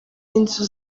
inzu